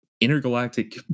intergalactic